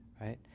right